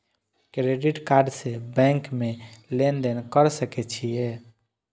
Credit card से bank में लेन देन कर सके छीये?